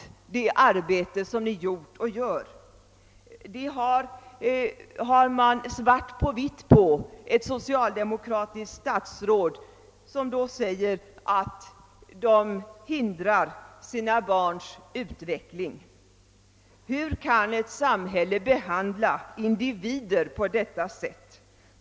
Detta har man svart på vitt på, eftersom ett socialdemokratisk statsråd fortfarande enligt pressen säger att dessa mödrar hindrar sina barns utveckling. Hur kan ett samhälle behandla individer på detta sätt?